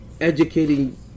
educating